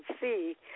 see